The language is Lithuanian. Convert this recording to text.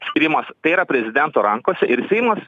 skyrimas tai yra prezidento rankose ir seimas